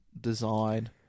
design